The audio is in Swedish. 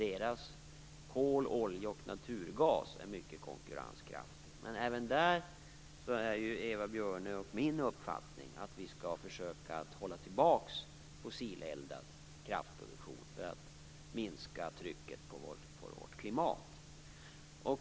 Deras kol, olja och naturgas är mycket konkurrenskraftig. Men Eva Björnes och min uppfattning är ju att vi skall försöka hålla tillbaka fossileldad kraftproduktion för att minska trycket på vårt klimat.